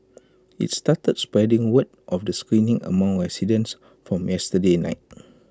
IT started spreading word of the screening among residents from Wednesday night